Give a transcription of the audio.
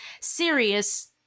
serious